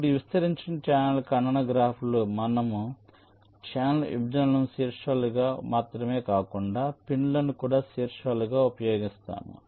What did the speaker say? ఇప్పుడు ఈ విస్తరించిన ఛానల్ ఖండన గ్రాఫ్లో మనము ఛానెల్ విభజనలను శీర్షాలుగా మాత్రమే కాకుండా పిన్లను కూడా శీర్షాలుగా ఉపయోగిస్తాము